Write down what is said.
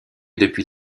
depuis